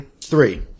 three